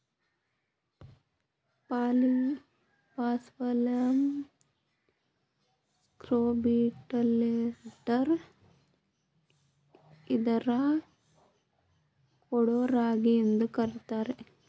paspalum scrobiculatum ಇದನ್ನು ಕೊಡೋ ರಾಗಿ ಎಂದು ಕರಿತಾರೆ